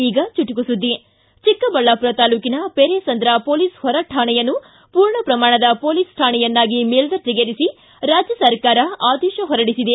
ಈಗ ಚುಟುಕು ಸುದ್ದಿ ಚಿಕ್ಕಬಳ್ಳಾಪುರ ತಾಲೂಕಿನ ಪೆರೇಸಂದ್ರ ಪೊಲೀಸ್ ಪೊರಾಣೆಯನ್ನು ಪೂರ್ಣ ಪ್ರಮಾಣದ ಮೊಲೀಸ್ ಠಾಣೆಯನ್ನಾಗಿ ಮೇಲರ್ಜೆಗೇರಿಸಿ ರಾಜ್ಯ ಸರ್ಕಾರ ಆದೇಶ ಹೊರಡಿಸಿದೆ